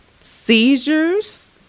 seizures